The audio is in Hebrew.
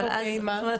אוקיי, אז מה?